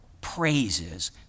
praises